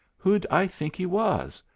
who'd i think he was?